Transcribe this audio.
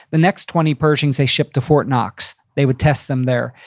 the next twenty pershings, they shipped to fort knox. they would test them there.